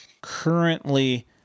currently